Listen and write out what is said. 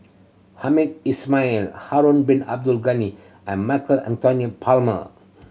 Hamed Ismail Harun Bin Abdul Ghani and Michael Anthony Palmer